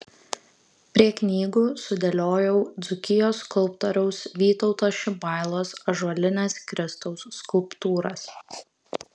prie knygų sudėliojau dzūkijos skulptoriaus vytauto šibailos ąžuolines kristaus skulptūras